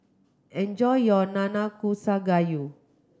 enjoy your Nanakusa Gayu